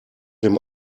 dem